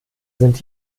sind